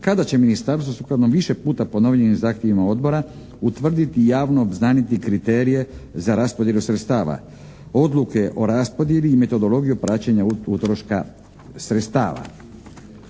kada će ministarstvo sukladno više puta ponovljenim zahtjevima odbora utvrditi i javno obznaniti kriterije za raspodjelu sredstava odluke o raspodjeli i metodologiju praćenja utroška sredstava.